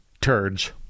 Turds